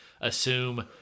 assume